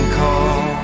call